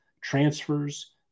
transfers